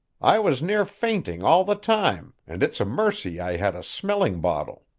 i was near fainting all the time, and it's a mercy i had a smelling bottle.